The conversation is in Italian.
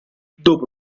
dopo